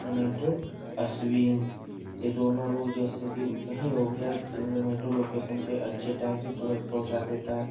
जोमेटो आ स्विंग यह दोनों लोग जैसे कि कहीं हो गया त जोमेटो लोकेसन पर अच्छे टाइम से तुरंत पहुँचा देता है